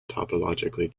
topologically